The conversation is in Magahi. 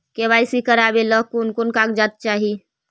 के.वाई.सी करावे ले कोन कोन कागजात चाही?